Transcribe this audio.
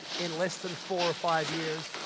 in less than four or five years.